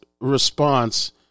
response